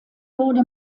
wurde